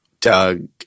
Doug